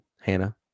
Hannah